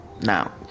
now